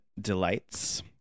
Delights